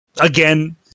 Again